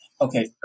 Okay